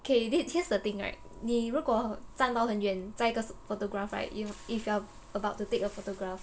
okay thi~ here's the thing right 你如果站到很远在一个 photograph right you i~ if you are about to take a photograph